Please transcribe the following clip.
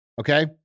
okay